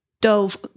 dove